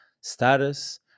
status